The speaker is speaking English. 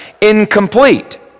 incomplete